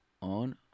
on